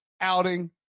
outing